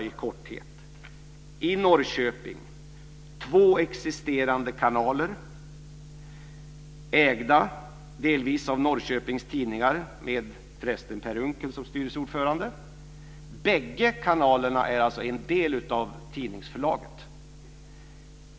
I Norrköping finns det två existerande kanaler, delvis ägda av Norrköpings tidningar - där förresten Per Unckel är styrelseordförande. Bägge kanalerna är alltså en del av tidningsförlaget.